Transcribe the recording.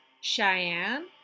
Cheyenne